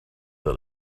that